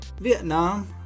Vietnam